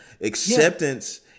Acceptance